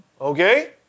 okay